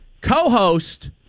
co-host